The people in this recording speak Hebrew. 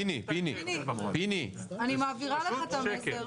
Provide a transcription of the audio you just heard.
פיני --- זה פשוט שקר.